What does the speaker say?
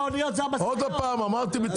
מי שמשחרר את האניות זה המשאיות.